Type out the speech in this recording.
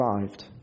survived